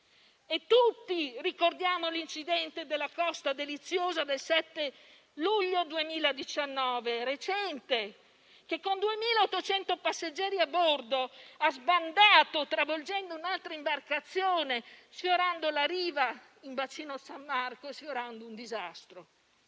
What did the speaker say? Tutti ricordiamo l'incidente recente della Costa Deliziosa del 7 luglio 2019, che con 2.800 passeggeri a bordo ha sbandato travolgendo un'altra imbarcazione, sfiorando la riva in bacino San Marco e sfiorando il disastro.